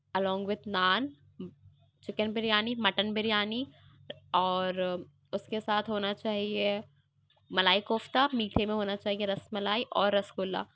along with naan chicken biryani mutton biryani اور اس کے ساتھ ہونا چاہیے ملائی کوفتہ میٹھے میں ہونا چاہیے رس ملائی اور رس گلہ